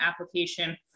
application